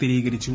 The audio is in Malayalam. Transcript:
സ്ഥിരീകരിച്ചു